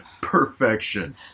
Perfection